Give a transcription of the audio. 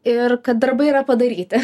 ir kad darbai yra padaryti